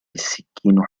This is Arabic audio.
السكين